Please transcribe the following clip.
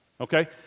Okay